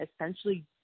essentially